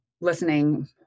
listening